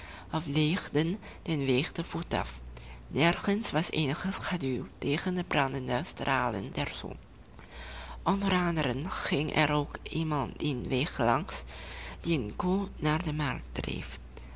legden den weg te voet af nergens was eenige schaduw tegen de brandende stralen der zon onder anderen ging er ook iemand dien weg langs die een koe naar de markt dreef